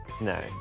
No